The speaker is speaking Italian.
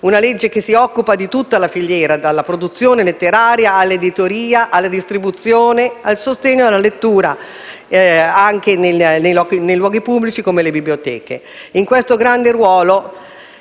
una legge che si occupa di tutta la filiera, dalla produzione letteraria, all'editoria, al sostegno della lettura anche nei luoghi pubblici, come le biblioteche. Per questo tema un grande ruolo